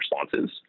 responses